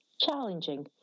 challenging